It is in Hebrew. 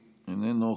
איננו,